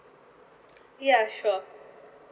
ya sure